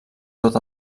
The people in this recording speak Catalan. tot